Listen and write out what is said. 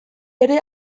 ere